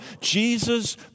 Jesus